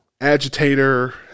agitator